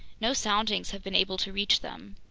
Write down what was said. no soundings have been able to reach them.